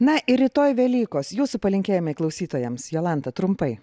na ir rytoj velykos jūsų palinkėjimai klausytojams jolanta trumpai